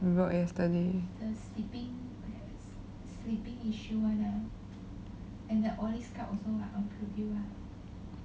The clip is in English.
we wrote yesterday